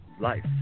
life